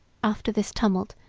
after this tumult,